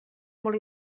molt